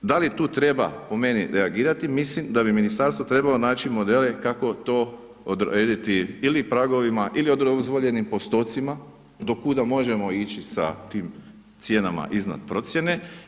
Da li tu treba po meni reagirati mislim da bi ministarstvo trebalo naći modele kako to odrediti ili pragovima ili u dozvoljenim postocima do kuda možemo ići sa tim cijenama iznad procjene.